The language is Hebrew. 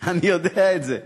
אני יודע את זה.